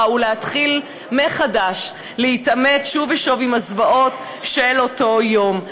ולהתחיל מחדש להתעמת שוב ושוב עם הזוועות של אותו יום.